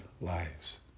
lives